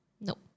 No